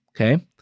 Okay